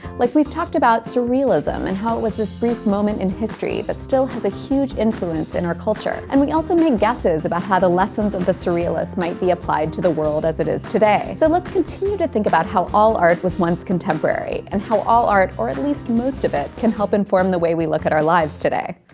like we've talked about surrealism, and how it was this brief moment in history but still has a huge influence in our culture. and we also make guesses about how the lessons of the surrealists might be applied to the world as it is today. so let's continue to think about how all art was once contemporary, and how all art, or at least most of it, can help inform the way we look at our lives today.